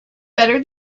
better